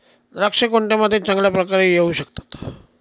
द्राक्षे कोणत्या मातीत चांगल्या प्रकारे येऊ शकतात?